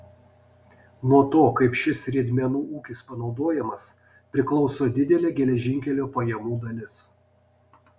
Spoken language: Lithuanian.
nuo to kaip šis riedmenų ūkis panaudojamas priklauso didelė geležinkelio pajamų dalis